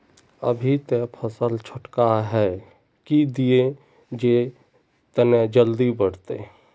अभी ते फसल छोटका है की दिये जे तने जल्दी बढ़ते?